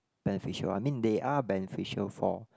beneficial I mean they are beneficial for